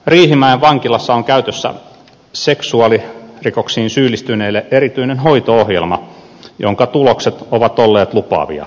riihimäen vankilassa on käytössä seksuaalirikoksiin syyllistyneille erityinen hoito ohjelma jonka tulokset ovat olleet lupaavia